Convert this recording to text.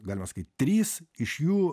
galima sakyt trys iš jų